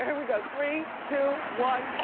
and we go, three, two, one,